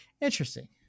interesting